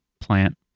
plant